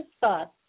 thoughts